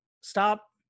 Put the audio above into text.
stop